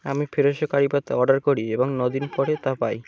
আমি ফ্রেশো কারি পাতা অর্ডার করি এবং ন দিন পরে তা পাই